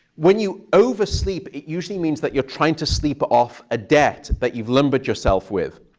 when you oversleep, it usually means that you're trying to sleep off a debt that you've lumbered yourself with.